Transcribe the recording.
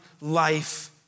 life